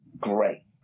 great